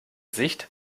sicht